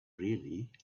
really